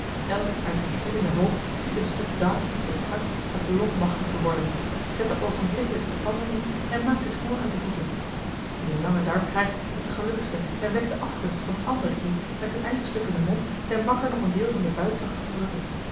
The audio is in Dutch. elk uit den krielenden hoop ziet een stuk darm of hart of long machtig te worden zet er oogenblikkelijk de tanden in en maakt zich snel uit de voeten die een langen darm krijgt is de gelukkigste en wekt de afgunst van een ander die met zijn eigen stuk in den mond zijn makker nog een deel van den